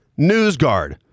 NewsGuard